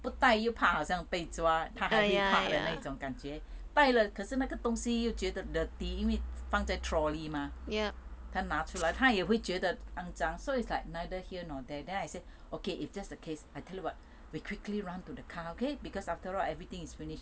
不带又怕好像被抓她就最怕的那一种感觉带了可是那个东西又觉得 dirty 因为放在 trolley mah 她拿出了觉得肮脏 so it's like neither here nor there then I say okay if that's the case I tell you what we quickly run to the car okay because after all everything is finished